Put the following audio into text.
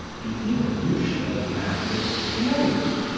the evolution of man is slow.